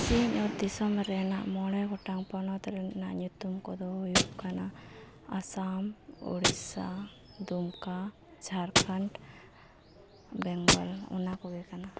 ᱥᱤᱧᱚᱛ ᱫᱤᱥᱚᱢ ᱨᱮᱱᱟᱜ ᱢᱚᱬᱮ ᱜᱚᱴᱟᱝ ᱯᱚᱱᱚᱛ ᱨᱮᱱᱟᱜ ᱧᱩᱛᱩᱢ ᱠᱚᱫᱚ ᱦᱩᱭᱩᱜ ᱠᱟᱱᱟ ᱟᱥᱟᱢ ᱳᱰᱤᱥᱟ ᱫᱩᱢᱠᱟ ᱡᱷᱟᱲᱠᱷᱚᱸᱰ ᱵᱮᱝᱜᱚᱞ ᱚᱱᱟ ᱠᱚᱜᱮ ᱠᱟᱱᱟ